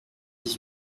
dix